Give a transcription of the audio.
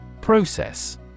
Process